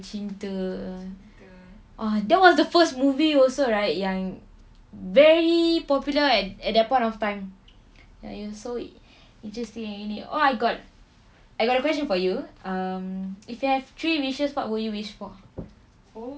cinta !wah! that was the first movie also right yang very popular at at that point of time ya ya so it interesting eh yang ini oh I got I got a question for you um if you have three wishes what would you wish for